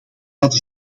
dat